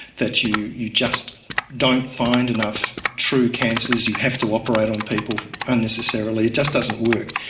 that you you just don't find enough true cancers, you have to operate on people unnecessarily, it just doesn't work.